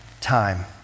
time